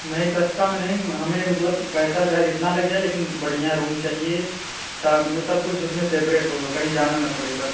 नहीं सस्ते में नहीं हमें मतलब पैसा चाहे जितना लग जाए लेकिन बढ़िया रूम चाहिए अच्छा मतलब सब कुछ उसमें सेपरेट हो कहीं जाना ना पड़े बस